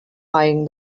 eyeing